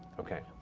okay.